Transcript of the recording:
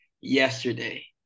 yesterday